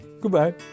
Goodbye